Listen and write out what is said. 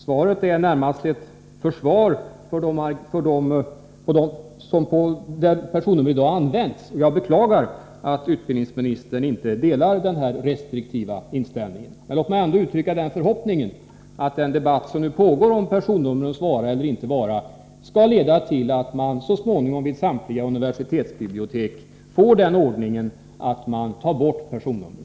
Svaret är närmast ett försvar för det sätt på vilket personnummer i dag används. Jag beklagar att utbildningsministern inte delar vår restriktiva inställning. Låt mig ändå uttrycka den förhoppningen att den debatt som nu pågår om personnumrens vara eller inte vara skall leda till att man så småningom vid samtliga universitetsbibliotek tar bort personnumren.